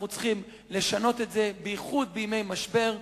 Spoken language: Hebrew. אנחנו צריכים לשנות את זה, בייחוד בימי משבר.